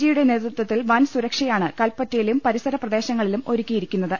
ജിയുടെ നേതൃത്വത്തിൽ വൻസുരക്ഷ യാണ് കൽപറ്റയിലും പരിസര പ്രദേശങ്ങളിലും ഒരുക്കിയിരിക്കു ന്നത്